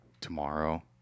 tomorrow